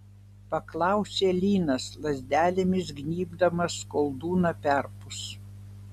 paklausė linas lazdelėmis gnybdamas koldūną perpus